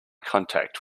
contact